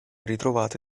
ritrovate